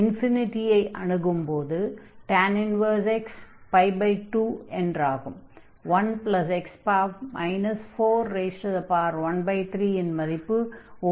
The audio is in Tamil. x ஐ அணுகும்போது x 2 என்று ஆகும் 1x 413 இன் மதிப்பு ஒன்று ஆகும்